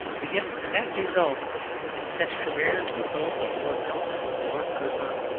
we get the net result in such careers as those of lord milner, lord curzon,